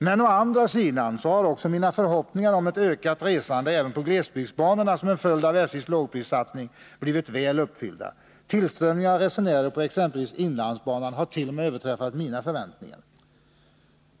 Men å andra sidan har också mina förhoppningar om ett ökat resande även på glesbygdsbanorna som en följd av SJ:s lågprissatsning blivit väl uppfyllda. Tillströmningen av resenärer på exempelvis inlandsbanan har t.o.m. överträffat mina förväntningar.